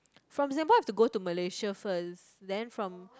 from Singapore you have to go to Malaysia first then from